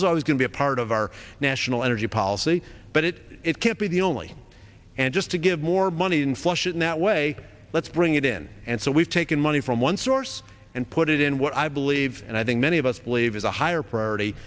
is always going be a part of our national energy policy but it it can't be the only and just to give more money in flushing that way let's bring it in and so we've taken money from one source and put it in what i believe and i think many of us believe is a higher